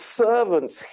servants